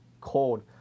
cold